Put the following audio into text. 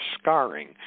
scarring